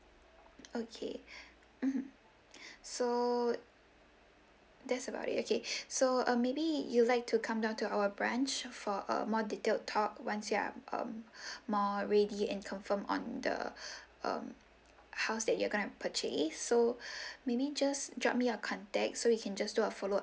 okay mmhmm so that's about it okay so uh maybe you like to come down to our branch for err more detailed talk once you are um more ready and confirm on the um how's that you're gonna purchase so maybe just drop me your contact so we can just do a follow